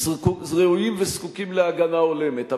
ראויים וזקוקים להגנה הולמת.